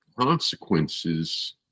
Consequences